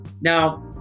Now